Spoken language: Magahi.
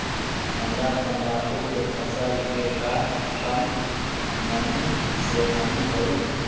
हमरा तंबाकू के फसल के का कम नमी से हानि होई?